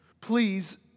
please